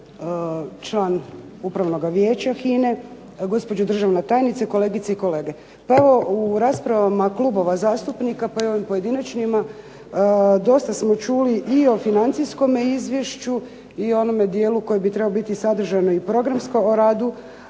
član Upravnoga vijeća HINA-e, gospođo državna tajnice, kolegice i kolege. Pa evo u raspravama klubova zastupnika pa i u ovim pojedinačnima dosta smo čuli i o financijskome izvješću i o onome dijelu koji bi trebao biti sadržajno i programsko, o radu